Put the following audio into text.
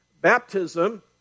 baptism